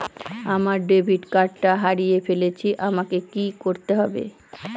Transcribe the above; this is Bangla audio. আমার ডেবিট কার্ডটা হারিয়ে ফেলেছি আমাকে কি করতে হবে?